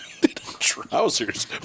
Trousers